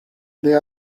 they